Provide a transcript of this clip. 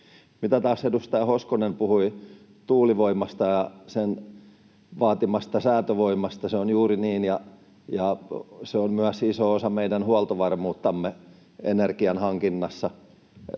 edustaja Hoskonen puhui tuulivoimasta ja sen vaatimasta säätövoimasta, se on juuri niin, ja se on myös iso osa meidän huoltovarmuuttamme energian hankinnassa.